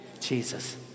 Jesus